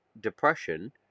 depression